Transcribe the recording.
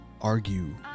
argue